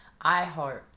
iHeart